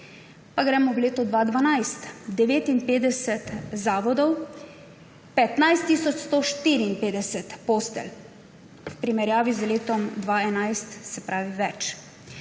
Pa gremo v leto 2012. 59 zavodov, 15 tisoč 154 postelj. V primerjavi z letom 2011 jih je bilo več.